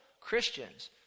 Christians